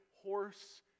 horse